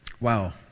Wow